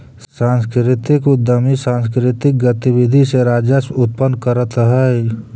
सांस्कृतिक उद्यमी सांकृतिक गतिविधि से राजस्व उत्पन्न करतअ हई